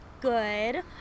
good